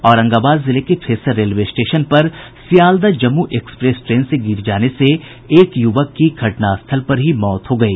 औरंगाबाद जिले के Phesar railway station पर सियालदह जम्मू एक्सप्रेस ट्रेन से गिर जाने से एक युवक की घटनास्थल पर ही मौत हो गयी